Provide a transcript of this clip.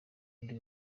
ndi